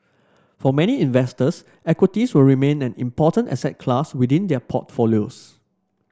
for many investors equities will remain an important asset class within their portfolios